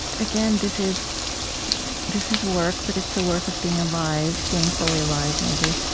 again, this is this is work. but it's the work of being alive, being fully alive, maybe.